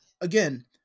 Again